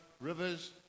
rivers